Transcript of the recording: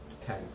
ten